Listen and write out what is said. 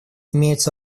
имеются